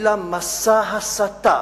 והובילה מסע הסתה.